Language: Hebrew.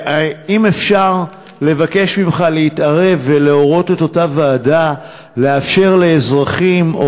אם אפשר לבקש ממך להתערב ולהורות לאותה ועדה לאפשר לאזרחים,